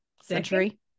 century